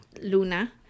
luna